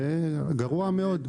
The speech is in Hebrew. זה גרוע מאוד.